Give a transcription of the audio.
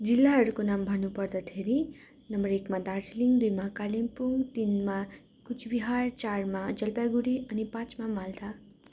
जिल्लाहरूको नाम भन्नु पर्दाखेरि नम्बर एकमा दार्जिलिङ दुईमा कालिम्पोङ तिनमा कुचबिहार चारमा जलपाइगुडी अनि पाँचमा माल्दा